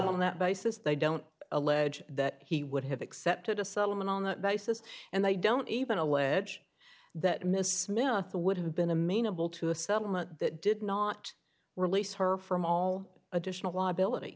on that basis they don't allege that he would have accepted a settlement on that basis and they don't even allege that mrs smith would have been a main a bill to a settlement that did not release her from all additional liability